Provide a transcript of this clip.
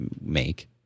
make